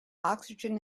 oxygen